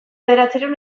bederatziehun